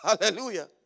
Hallelujah